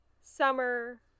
summer